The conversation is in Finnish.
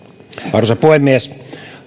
arvoisa puhemies